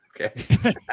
Okay